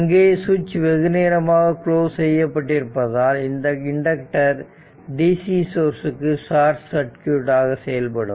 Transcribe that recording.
இங்கே சுவிட்ச் வெகுநேரமாக குளோஸ் செய்யப்பட்டிருப்பதால் இந்த இண்டக்டர் DC சோர்ஸ்க்கு ஷாட் சர்க்யூட் ஆக செயல்படும்